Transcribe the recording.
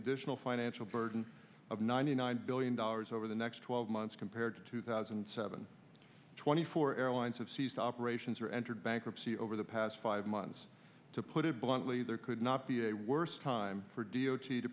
additional financial burden of ninety nine billion dollars over the next twelve months compared to two thousand and seven twenty four airlines have ceased operations or entered bankruptcy over the past five months to put it bluntly there could not be a worse time for d